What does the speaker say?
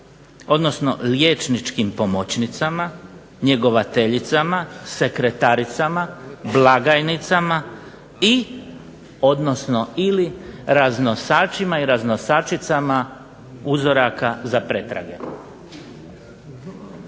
odnosno liječničkim pomoćnicama, njegovateljicama, sekretaricama, blagajnicama i odnosno ili raznosačima i raznosačicama uzoraka za pretrage.